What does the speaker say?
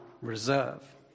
reserve